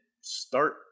start